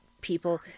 people